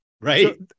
right